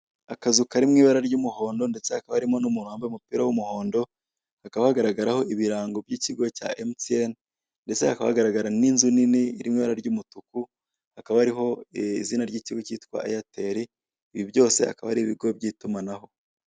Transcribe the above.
Akazu kari mu ibara ry'umuhondo ndetse hakaba harimo n'umuntu wambaye umupira w'umuhondo, hakaba hagaragaraho ibirango by'ikigo cya Emutiyeni ndetse hakaba hagaragara n'inzu nini iri mu ibara ry'umutuku, hakaba hariho izina ry'ikigo cyitwa Eyateli, ibi byose akaba ari ibigo by'itumanaho.